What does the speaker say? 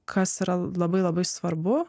kas yra labai labai svarbu